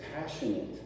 passionate